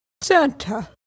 Santa